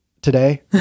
Today